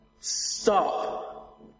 Stop